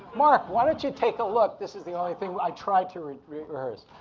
mark, why don't you take a look? this is the only thing i tried to rehearse.